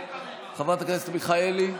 חברת הכנסת מיכאלי,